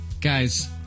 Guys